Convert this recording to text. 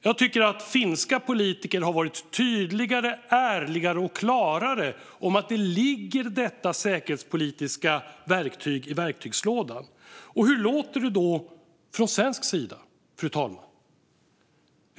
Jag tycker att finländska politiker har varit tydligare, ärligare och klarare om att detta säkerhetspolitiska verktyg ligger i verktygslådan. Hur låter det då från svensk sida, fru talman?